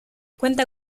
cuenta